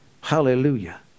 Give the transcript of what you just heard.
hallelujah